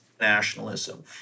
nationalism